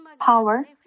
power